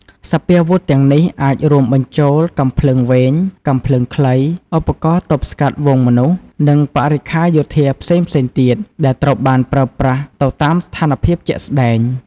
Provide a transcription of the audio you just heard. សព្វាវុធទាំងនេះអាចរួមបញ្ចូលកាំភ្លើងវែង កាំភ្លើងខ្លី ឧបករណ៍ទប់ស្កាត់ហ្វូងមនុស្ស និងបរិក្ខារយោធាផ្សេងៗទៀត ដែលត្រូវបានប្រើប្រាស់ទៅតាមស្ថានភាពជាក់ស្តែង។